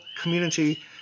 community